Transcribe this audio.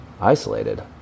isolated